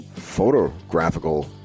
photographical